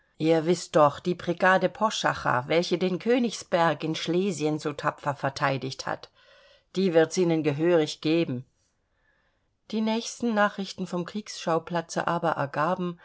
ihr wißt doch die brigade poschacher welche den königsberg in schlesien so tapfer verteidigt hat die wird's ihnen gehörig geben die nächsten nachrichten vom kriegsschauplatze aber ergaben